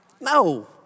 No